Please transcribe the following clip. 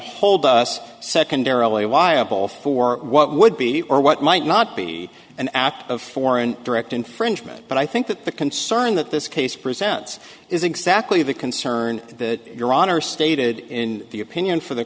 hold us secondarily why a ball for what would be or what might not be an act of foreign direct infringement but i think that the concern that this case presents is exactly the concern that your honor stated in the opinion for the